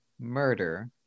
murder